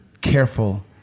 careful